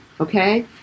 okay